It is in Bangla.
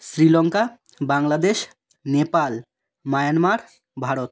শ্রীলঙ্কা বাংলাদেশ নেপাল মায়ানমার ভারত